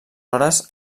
hores